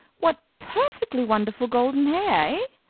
what perfectly wonderful golden hair, ah?